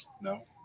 No